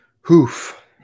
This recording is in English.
Hoof